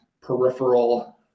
peripheral